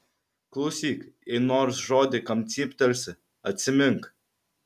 klausyk jei nors žodį kam cyptelsi atsimink